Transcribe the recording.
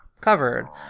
covered